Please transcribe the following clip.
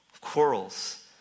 quarrels